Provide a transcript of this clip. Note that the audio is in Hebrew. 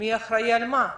מי אחראי על מה.